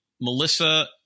Melissa